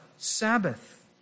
sabbath